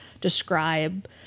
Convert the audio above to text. describe